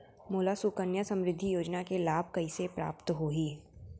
मोला सुकन्या समृद्धि योजना के लाभ कइसे प्राप्त होही?